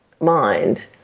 mind